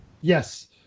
Yes